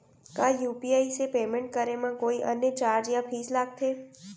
का यू.पी.आई से पेमेंट करे म कोई अन्य चार्ज या फीस लागथे?